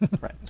Right